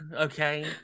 Okay